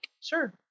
Sure